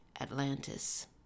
Atlantis